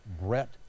Brett